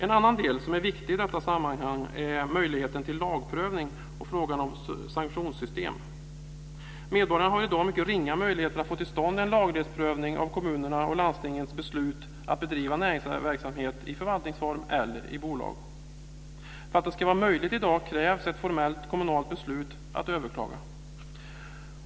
En annan del som är viktig i detta sammanhang är möjligheten till lagprövning och frågan om sanktionssystem. Medborgarna har i dag mycket ringa möjligheter att få till stånd en laglighetsprövning av kommunernas och landstingens beslut att bedriva näringsverksamhet i förvaltningsform eller i bolag. För att det ska vara möjligt i dag krävs ett formellt beslut att överklaga.